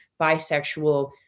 bisexual